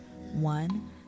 one